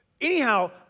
anyhow